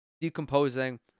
decomposing